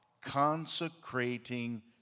consecrating